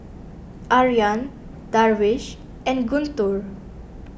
Aryan Darwish and Guntur